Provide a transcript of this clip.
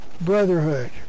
Brotherhood